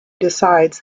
decides